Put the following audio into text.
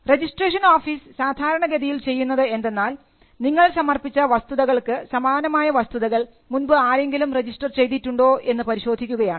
registration office സാധാരണഗതിയിൽ ചെയ്യുന്നത് എന്തെന്നാൽ നിങ്ങൾ സമർപ്പിച്ച വസ്തുതകൾക്ക് സമാനമായ വസ്തുതകൾ മുൻപ് ആരെങ്കിലും രജിസ്റ്റർ ചെയ്തിട്ടുണ്ടോ എന്ന് പരിശോധിക്കുകയാണ്